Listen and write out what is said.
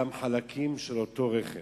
גם חלקים של אותו רכב.